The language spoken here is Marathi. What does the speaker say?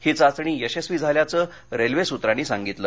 ही चाचणी यशस्वी झाल्याचं रेल्वे सुत्रांनी सांगितलं